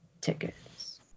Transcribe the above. tickets